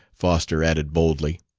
foster added boldly.